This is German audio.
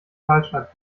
kahlschlag